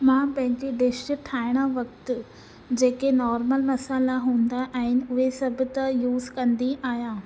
मां पंहिंजी डिश ठाहिण वक़्तु जेके नॉर्मल मसाल्हा हूंदा आहिनि उहे सभु त यूज़ कंदी आहियां